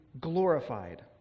glorified